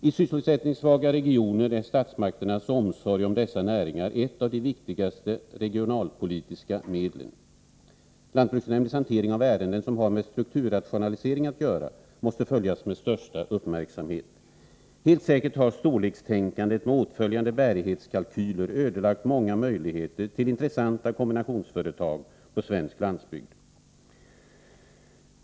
I sysselsättningssvaga regioner är statsmakternas omsorg om dessa näringar ett av de viktigaste regionalpolitiska medlen. Lantbruksnämndernas hantering av ärenden som har med strukturrationalisering att göra måste följas med största uppmärksamhet. Helt säkert har storlekstänkandet med åtföljande bärighetskalkyler ödelagt många möjligheter till intressanta kombinationsföretag på svensk landsbygd.